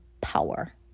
power